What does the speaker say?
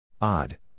Odd